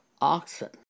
oxen